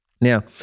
Now